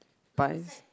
buns